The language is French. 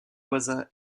voisins